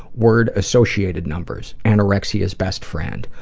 word-associated numbers. anorexia's best friend.